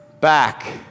back